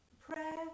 prayer